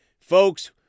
Folks